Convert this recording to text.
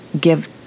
give